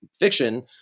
fiction